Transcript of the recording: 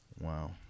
Wow